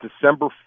December